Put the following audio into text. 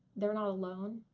they're not alone.